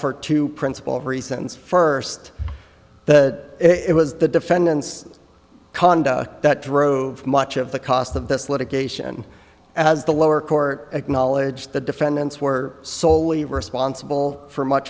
for two principal reasons first that it was the defendant's conduct that drove much of the cost of this litigation as the lower court acknowledged the defendants were solely responsible for much